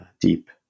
deep